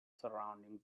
surrounding